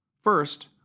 First